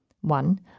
One